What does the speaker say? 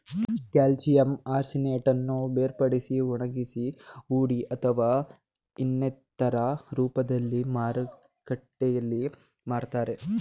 calcium ಆರ್ಸಿನೇಟನ್ನು ಬೇರ್ಪಡಿಸಿ ಒಣಗಿಸಿ ಹುಡಿ ಅಥವಾ ಇನ್ನಿತರ ರೂಪ್ದಲ್ಲಿ ಮಾರುಕಟ್ಟೆಲ್ ಮಾರ್ತರೆ